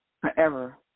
Forever